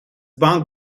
بانک